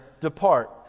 depart